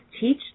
teach